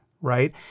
right